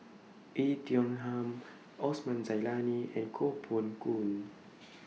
Oei Tiong Ham Osman Zailani and Koh Poh Koon